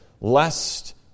lest